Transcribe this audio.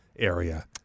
area